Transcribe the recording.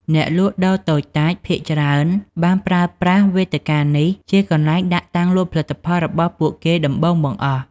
អ្នកលក់ដូរតូចតាចភាគច្រើនបានប្រើប្រាស់វេទិកានេះជាកន្លែងដាក់តាំងលក់ផលិតផលរបស់ពួកគេដំបូងបង្អស់។